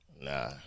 nah